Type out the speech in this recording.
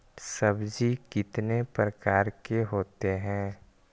सब्जी कितने प्रकार के होते है?